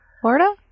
Florida